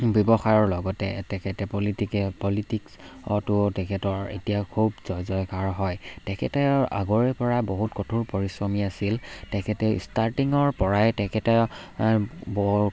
ব্যৱসায়ৰ লগতে তেখেতে পলিটিকে পলিটিক্সটো তেখেতৰ এতিয়া খুব জয় জয়কাৰ হয় তেখেতে আগৰে পৰা বহুত কঠোৰ পৰিশ্ৰমী আছিল তেখেতে ষ্টাৰ্টিঙৰ পৰাই তেখেতে ব